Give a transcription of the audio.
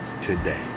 today